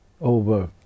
over